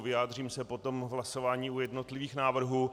Vyjádřím se potom v hlasování u jednotlivých návrhů.